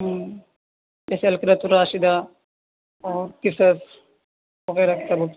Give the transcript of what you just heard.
ہوں جیسے القراۃ الراشدہ اور قصص وغیرہ ایسے بکس